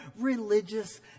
religious